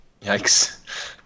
Yikes